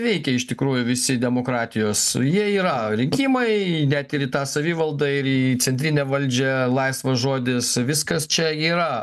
veikia iš tikrųjų visi demokratijos jie yra rinkimai net ir į tą savivaldą ir į centrinę valdžią laisvas žodis viskas čia yra